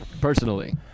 Personally